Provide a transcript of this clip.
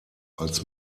als